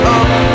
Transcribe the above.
up